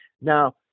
Now